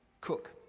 Cook